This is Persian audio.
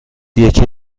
یکی